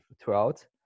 throughout